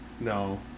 No